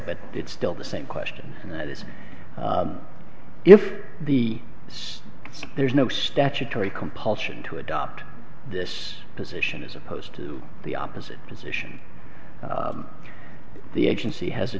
but it's still the same question and that is if the us so there's no statutory compulsion to adopt this position as opposed to the opposite position the agency has a